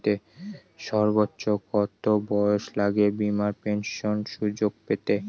সর্বোচ্চ কত বয়স লাগে বীমার পেনশন সুযোগ পেতে?